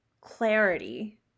clarity